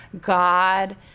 God